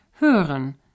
hören